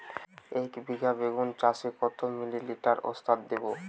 একবিঘা বেগুন চাষে কত মিলি লিটার ওস্তাদ দেবো?